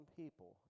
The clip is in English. people